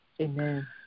Amen